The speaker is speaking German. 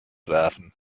werfen